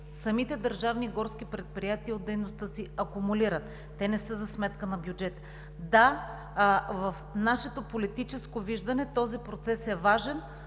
самите държавни горски предприятия акумулират от дейността си. Те не са за сметка на бюджета. Да, в нашето политическо виждане този процес е важен.